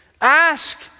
Ask